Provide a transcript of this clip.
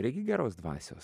reikia geros dvasios